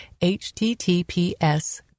https